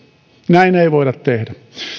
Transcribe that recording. näin ei voida tehdä